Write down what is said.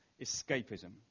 escapism